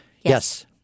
Yes